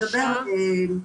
בעיקר?